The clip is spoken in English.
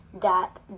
dot